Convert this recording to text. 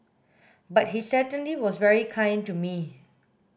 but he certainly was very kind to me